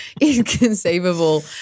inconceivable